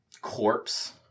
corpse